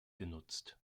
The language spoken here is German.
genutzt